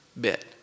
bit